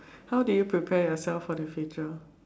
how did you prepare yourself for the future